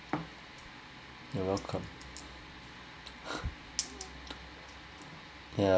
uh welcome